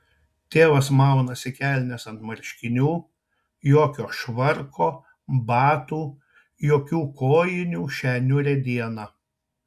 tėvas maunasi kelnes ant marškinių jokio švarko batų jokių kojinių šią niūrią dieną